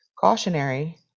cautionary